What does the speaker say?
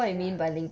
ya